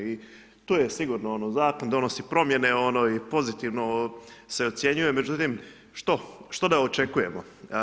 I tu je sigurno ono zakon donosi promjene i ono pozitivno se ocjenjuje međutim, što da očekujemo?